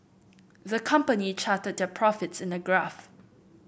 the company charted their profits in a graph